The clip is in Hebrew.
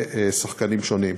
לשחקנים שונים.